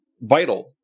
vital